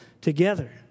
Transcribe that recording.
together